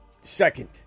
Second